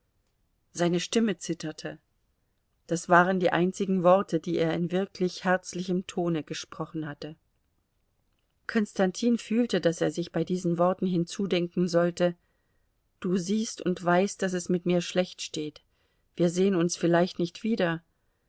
seine stimme zitterte das waren die einzigen worte die er in wirklich herzlichem tone gesprochen hatte konstantin fühlte daß er sich bei diesen worten hinzudenken sollte du siehst und weißt daß es mit mir schlecht steht wir sehen uns vielleicht nicht wieder